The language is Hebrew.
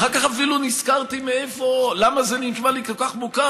אחר כך אפילו נזכרתי למה זה נשמע לי כל כך מוכר,